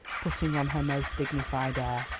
putting on her most dignified air,